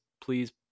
please